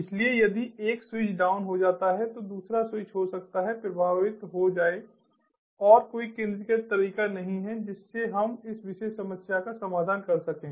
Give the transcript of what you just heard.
इसलिए यदि एक स्विच डाउन हो जाता है तो दूसरा स्विच हो सकता है प्रभावित हो जाए और कोई केंद्रीकृत तरीका नहीं है जिससे हम इस विशेष समस्या का समाधान कर सकें